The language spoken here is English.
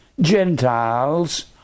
Gentiles